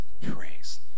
praise